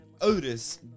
otis